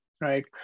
right